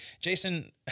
Jason